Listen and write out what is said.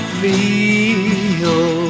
feel